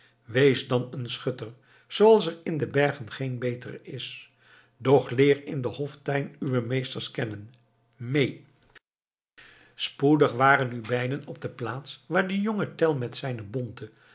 wees dan een schutter zooals er in de bergen geen betere is doch leer in den hoftuin uwe meesters kennen mee spoedig waren beiden nu op de plaats waar de jonge tell met zijne bonte